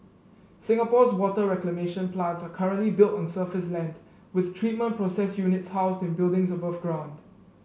Singapore's water reclamation plants are currently built on surface land with treatment process units housed in buildings above ground